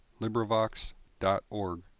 LibriVox.org